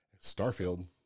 starfield